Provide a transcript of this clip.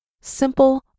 Simple